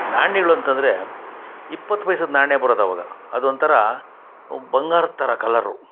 ನಾಣ್ಯಗಳು ಅಂತಂದರೆ ಇಪ್ಪತ್ತು ಪೈಸದ ನಾಣ್ಯ ಬರೋದು ಅವಾಗ ಅದೊಂಥರ ಬಂಗಾರದ ಥರ ಕಲರು